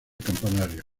campanario